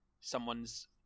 someone's